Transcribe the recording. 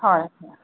হয়